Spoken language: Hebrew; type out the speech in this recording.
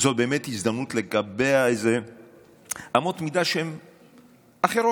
זו באמת הזדמנות לקבע אמות מידה שהן אחרות,